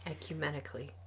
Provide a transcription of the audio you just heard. Ecumenically